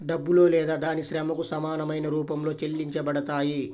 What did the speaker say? డబ్బులో లేదా దాని శ్రమకు సమానమైన రూపంలో చెల్లించబడతాయి